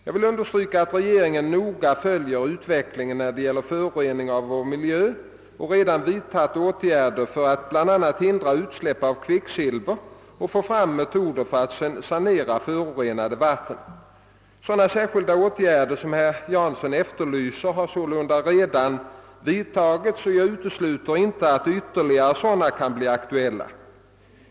Jag vill understryka att regeringen noga följer utvecklingen när det gäller föroreningen av vår miljö och redan vidtagit åtgärder för att bl.a. hindra utsläpp av kvicksilver och få fram metoder för att sanera förorenade vatten. Sådana särskilda åtgärder, som herr Jansson efterlyser, har sålunda redan vidtagits och jag utesluter inte att ytterligare sådana kan bli aktuella.